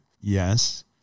Yes